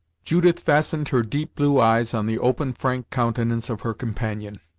judith fastened her deep blue eyes on the open, frank countenance of her companion,